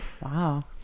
Wow